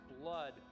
blood